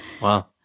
Wow